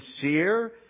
sincere